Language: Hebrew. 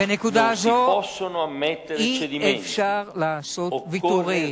בנקודה זו אי-אפשר לעשות ויתורים,